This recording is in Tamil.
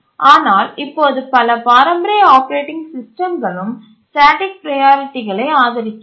ஆனால் இப்போது பல பாரம்பரிய ஆப்பரேட்டிங் சிஸ்டம்களும் ஸ்டேட்டிக் ப்ரையாரிட்டிகளை ஆதரிக்கின்றன